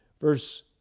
verse